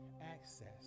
access